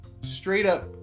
straight-up